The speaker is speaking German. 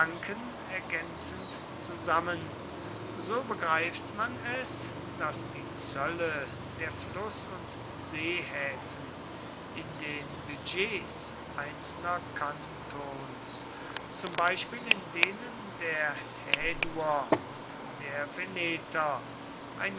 ergänzend zusammen so begreift man es daß die zölle der fluß und seehäfen in den budgets einzelner kantons zum beispiel in denen der häduer und der veneter